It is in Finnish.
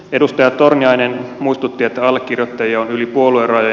edustaja torniainen muistutti että allekirjoittajia on yli puoluerajojen